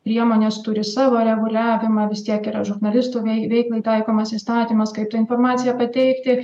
priemonės turi savo reguliavimą vis tiek yra žurnalistų vei veiklai taikomas įstatymas kaip tą informaciją pateikti